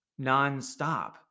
nonstop